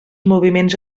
moviments